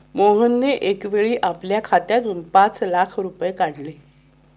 मोहनने एकावेळी आपल्या खात्यातून पाच लाख रुपये काढले